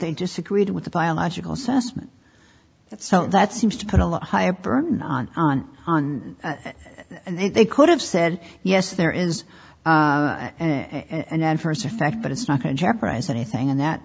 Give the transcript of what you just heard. they disagreed with the biological assessment that so that seems to put a lot higher burden on on it and they could have said yes there is an adverse effect but it's not going to jeopardize anything and that